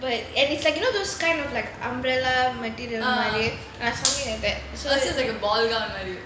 but and it's like you know those kind of like umbrella material மாதிரி:maathiri ah something like that